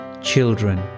Children